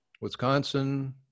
Wisconsin